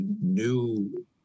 new